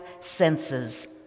senses